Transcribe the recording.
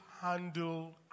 handle